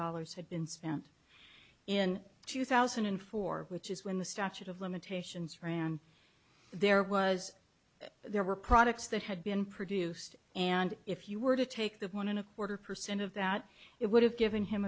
dollars had been spent in two thousand and four which is when the statute of limitations ran there was there were products that had been produced and if you were to take that one and a quarter percent of that it would have given him